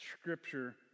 Scripture